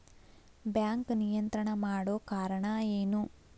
Bank ನಿಯಂತ್ರಣ ಮಾಡೊ ಕಾರ್ಣಾ ಎನು?